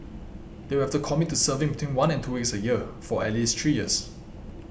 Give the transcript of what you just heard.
they will have to commit to serving between one and two weeks a year for at least three years